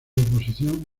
oposición